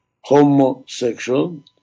homosexual